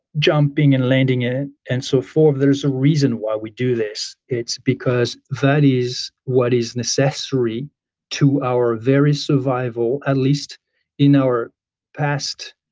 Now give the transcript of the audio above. jumping and landing and so forth. there's a reason why we do this. it's because that is what is necessary to our very survival at least in our past